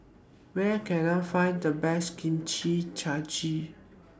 Where Can I Find The Best Kimchi Jjigae